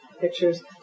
pictures